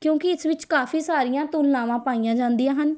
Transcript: ਕਿਉਂਕਿ ਇਸ ਵਿੱਚ ਕਾਫੀ ਸਾਰੀਆਂ ਤੁਲਨਾਵਾਂ ਪਾਈਆਂ ਜਾਂਦੀਆਂ ਹਨ